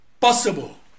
possible